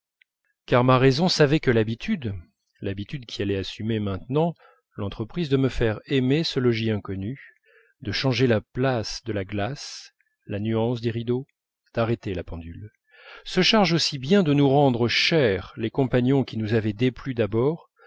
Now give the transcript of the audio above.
car ma raison savait que l'habitude l'habitude qui allait assumer maintenant l'entreprise de me faire aimer ce logis inconnu de changer de place la glace la nuance des rideaux d'arrêter la pendule se charge aussi bien de nous rendre chers les compagnons qui nous avaient déplu d'abord